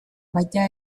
baita